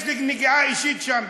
יש לי נגיעה אישית שם,